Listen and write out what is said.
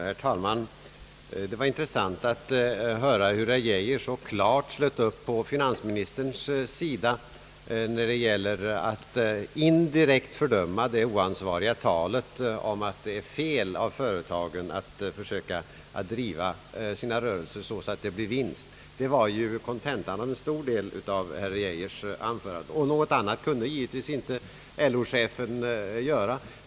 Herr talman! Det var intressant att höra hur herr Geijer så bestämt slöt upp på finansministerns sida när det gäller att indirekt fördöma det oansvariga talet om att det är fel av företagen att försöka driva sina rörelser så att det blir vinst. Det var ju kontentan av en stor del av herr Geijers anförande. Och någonting annat kunde givetvis inte LO-chefen göra.